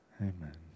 Amen